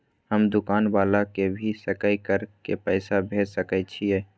हम दुकान वाला के भी सकय कर के पैसा भेज सके छीयै?